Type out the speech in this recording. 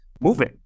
moving